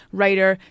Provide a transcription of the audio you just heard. writer